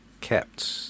kept